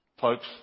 folks